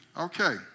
Okay